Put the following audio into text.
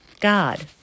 God